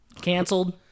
canceled